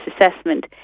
assessment